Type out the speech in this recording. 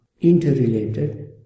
interrelated